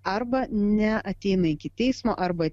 arba neateina iki teismo arba